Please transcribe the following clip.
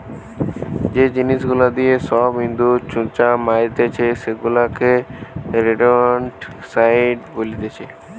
যে জিনিস গুলা দিয়ে সব ইঁদুর, ছুঁচো মারতিছে সেগুলাকে রোডেন্টসাইড বলতিছে